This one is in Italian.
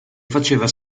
faceva